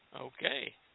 Okay